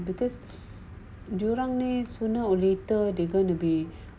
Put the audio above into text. because dia orang ni sooner or later they going to be